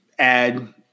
Add